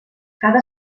cada